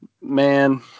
Man